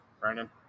Brandon